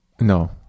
No